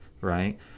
right